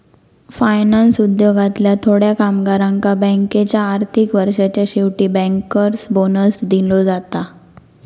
finance उद्योगातल्या थोड्या कामगारांका बँकेच्या आर्थिक वर्षाच्या शेवटी बँकर्स बोनस दिलो जाता